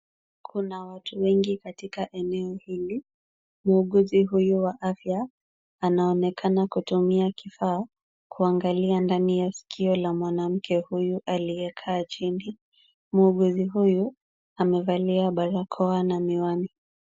Kuna watu wengi katika eneo hili. Muuguzi huyu wa afya, anaonekana kutumia kifaa kuangalia ndani ya sikio la mwanamke huyu aliyekaa chini. Muuguzi huyu amevalia barakoa na miwani.